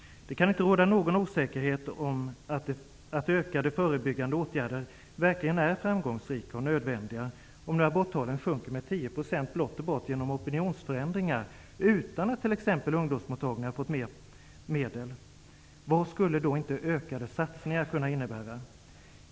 Det kan inte råda någon osäkerhet om att ökade förebyggande åtgärder verkligen är framgångsrika och nödvändiga, om nu aborttalen sjunker med 10 % blott och bart genom opinionsförändringar, utan att t.ex. ungdomsmottagningar fått ytterligare medel. Vad skulle då inte ökade satsningar kunna innebära?